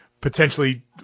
potentially